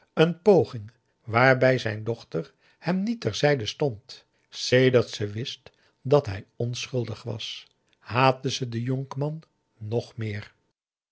een poging waarbij zijn dochter hem niet ter zijde stond sedert ze wist dat hij onschuldig was haatte ze den jonkman nog meer